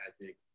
Magic